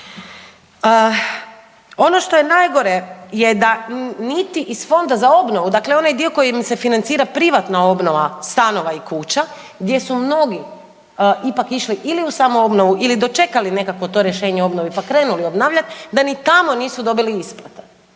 Ono što je najgore da niti iz Fonda za obnovu, dakle onaj dio koji im se financira privatna obnova stanova i kuća, gdje su mnogi ipak išli u samoobnovu ili dočekali nekakvo to rješenje o obnovi pa krenuli obnavljati, da ni tamo nisu dobili isplate